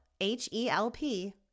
H-E-L-P